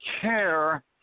care